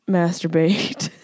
masturbate